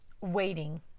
waiting